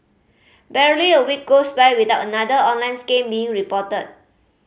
barely a week goes by without another online scam being reported